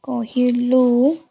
କହିଲୁ